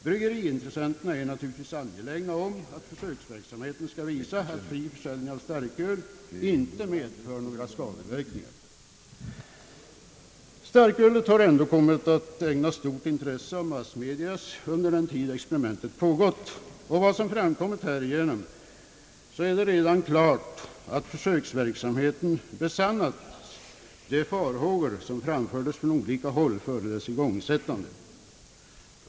Bryggeriintressenterna är naturligtvis angelägna om att försöksverksamheten skall visa att fri försäljning av starköl inte medför några skadeverkningar. Starkölet har ändå kommit att ägnas stort intresse hos massmedia under den tid experimentet pågått. Av vad som framkommit härigenom är det redan klart att försöksverksamheten besannat de farhågor som framfördes från olika håll före dess igångsättande.